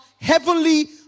heavenly